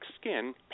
skin